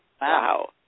Wow